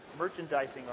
Merchandising